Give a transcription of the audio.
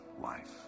life